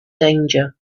danger